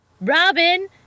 Robin